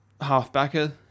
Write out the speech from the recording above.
half-backer